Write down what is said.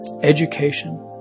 education